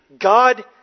God